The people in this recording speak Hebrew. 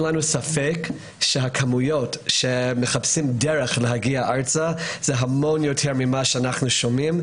לנו ספק שהכמות שמחפשת דרך להגיע ארצה זה הרבה יותר ממה שאנחנו שומעים,